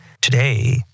today